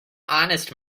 honest